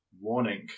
Warning